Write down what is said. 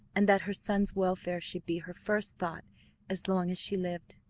and that her son's welfare should be her first thought as long as she lived.